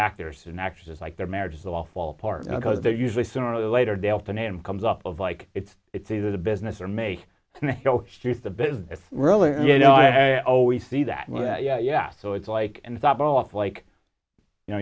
actors and actresses like their marriages all fall apart because they're usually sooner or later dealt to name comes off of like it's it's either the business or make the business really and you know i always see that yeah yeah so it's like and top off like you know